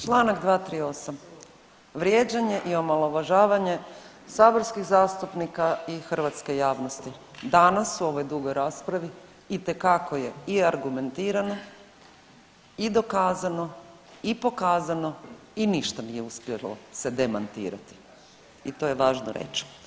Čl. 238. vrijeđanje i omalovažavanje saborskih zastupnika i hrvatske javnosti, danas u ovoj dugoj raspravi itekako je i argumentirano i dokazano i pokazano i ništa nije uspjelo se demantirati i to je važno reć.